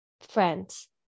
friends